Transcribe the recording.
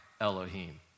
Elohim